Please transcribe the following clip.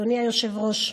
אדוני היושב-ראש,